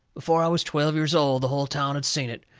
before i was twelve years old the hull town had seen it,